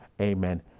Amen